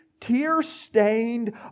tear-stained